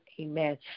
amen